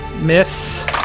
Miss